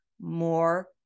more